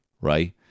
right